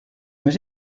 més